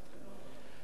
אדוני היושב-ראש,